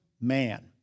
man